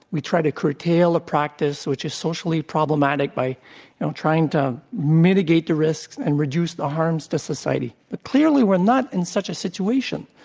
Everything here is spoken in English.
we try to curtail a practice which is so cially problematic by trying to mitigate the risks and reduce the harms to society. but clearly we're not in such a situation.